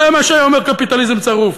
זה מה שהיה אומר קפיטליזם צרוף.